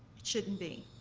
it shouldn't be.